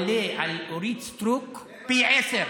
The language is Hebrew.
זחאלקה עולה על אורית סטרוק פי עשרה.